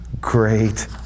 great